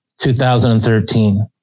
2013